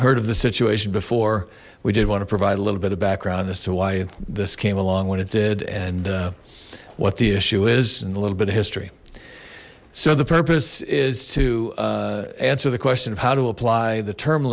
heard of the situation before we did want to provide a little bit of background as to why this came along when it did and what the issue is a little bit of history so the purpose is to answer the question of how to apply the term